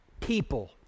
People